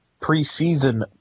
preseason